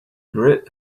grit